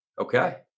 Okay